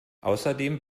außerdem